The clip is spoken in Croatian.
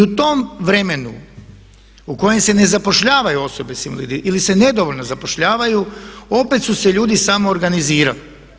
I u tom vremenu u kojem se ne zapošljavaju osobe sa invaliditetom ili se nedovoljno zapošljavaju opet su se ljudi samoorganizirali.